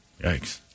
yikes